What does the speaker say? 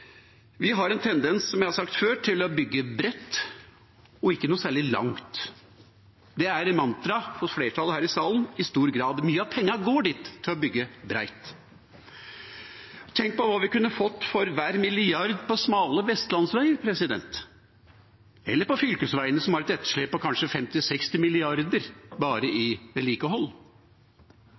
Vi har en tendens, som jeg har sagt før, til å bygge bredt og ikke noe særlig langt. Det er mantraet hos flertallet her i salen i stor grad. Mye av pengene går til å bygge bredt. Tenk hva vi kunne fått for hver milliard på smale vestlandsveier, eller på fylkesveiene, som har et etterslep på kanskje 50 mrd.kr–60 mrd. kr bare i vedlikehold.